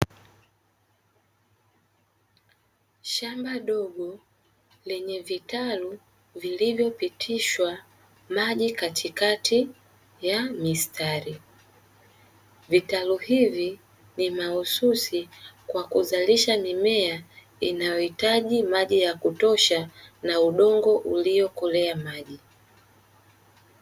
Shamba dogo lenye vitalu vilivyopitishwa maji katikati ya mstari, vitalu hivi ni mahususi kwa kuzalisha mimea inayohitaji maji ya kutosha na udongo uliokolea maji.